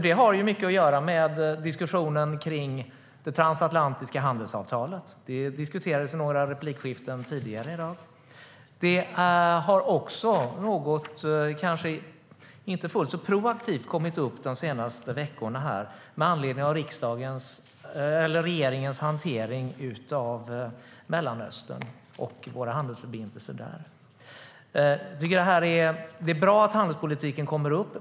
Det har mycket att göra med diskussionen om det transatlantiska handelsavtalet, som diskuterades i några replikskiften tidigare i dag. Det har också kommit upp, om än inte fullt så proaktivt, under de senaste veckorna med anledning av regeringens hantering av Mellanöstern och våra handelsförbindelser där. Det är bra att handelspolitiken kommer upp.